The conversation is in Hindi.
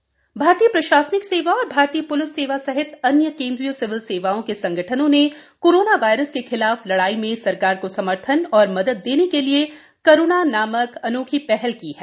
करुणा पहल भारतीय प्रशासनिक सेवा और भारतीय प्लिस सेवा सहित अन्य केन्द्रीय सिविल सेवाओं के संगठनों ने कोरोना वायरस के खिलाफ लड़ाई में सरकार को समर्थन और मदद देने के लिये करूणा नामक अनोखी पहल की है